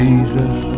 Jesus